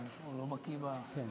אתה